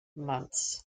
months